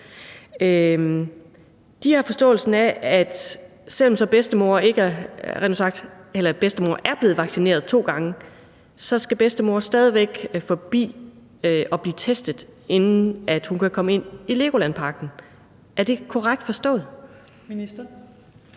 De har forståelsen af, at selv om bedstemor er blevet vaccineret to gange, skal bedstemor stadig væk forbi og blive testet, inden hun kan komme ind i LEGOLAND Parken. Er det korrekt forstået?